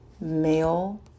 male